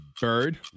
bird